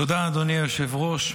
תודה, אדוני היושב-ראש.